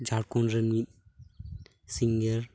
ᱡᱷᱟᱲᱠᱷᱚᱱ ᱨᱮᱱ ᱢᱤᱫ ᱥᱤᱝᱜᱟᱨ